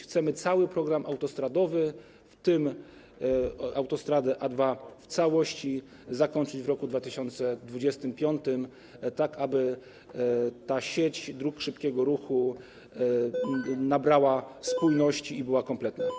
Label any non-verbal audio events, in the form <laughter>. Chcemy cały program autostradowy, w tym autostradę A2 w całości, zakończyć w roku 2025, tak aby ta sieć dróg szybkiego ruchu nabrała <noise> spójności i była kompletna.